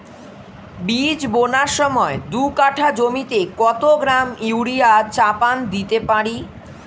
বীজ বোনার সময় দু কাঠা জমিতে কত গ্রাম ইউরিয়া চাপান দিতে পারি?